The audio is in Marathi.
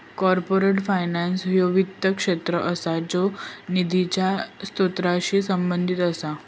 कॉर्पोरेट फायनान्स ह्यो वित्त क्षेत्र असा ज्यो निधीच्या स्त्रोतांशी संबंधित असा